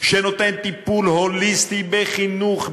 שנותן טיפול הוליסטי בחינוך,